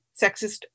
sexist